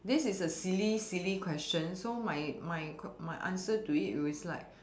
this is a silly silly question so my my my answer to it is like